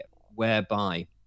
whereby